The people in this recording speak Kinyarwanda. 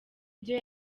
vyo